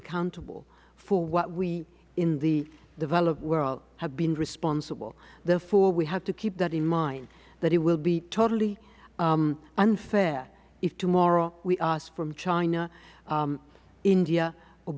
accountable for what we in the developed world have been responsible therefore we have to keep that in mind that it will be totally unfair if tomorrow we ask from china india